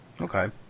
Okay